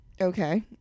Okay